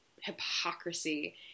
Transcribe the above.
hypocrisy